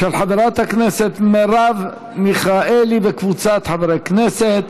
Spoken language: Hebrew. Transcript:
של חברת הכנסת מרב מיכאלי וקבוצת חברי הכנסת.